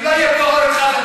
אם לא יהיה את אורן חזן,